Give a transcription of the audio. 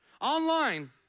Online